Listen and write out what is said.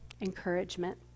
encouragement